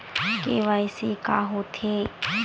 KYC का होथे?